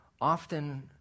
often